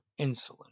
insulin